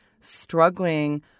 struggling